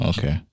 Okay